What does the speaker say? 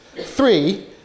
Three